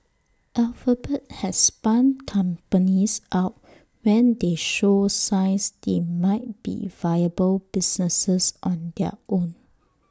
alphabet has spun companies out when they show signs they might be viable businesses on their own